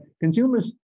consumers